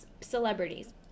celebrities